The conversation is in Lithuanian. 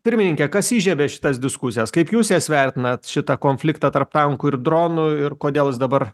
pirmininke kas įžiebė šitas diskusijas kaip jūs jas vertinat šitą konfliktą tarp tankų ir dronų ir kodėl jis dabar